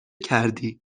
کردی